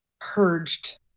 purged